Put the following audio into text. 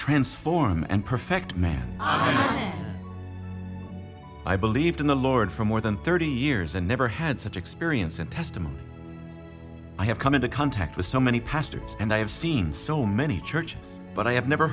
transform and perfect man ah i believed in the lord for more than thirty years and never had such experience and testimony i have come into contact with so many pastors and i have seen so many churches but i have never